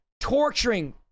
torturing